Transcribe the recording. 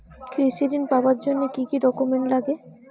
কৃষি ঋণ পাবার জন্যে কি কি ডকুমেন্ট নাগে?